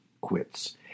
quits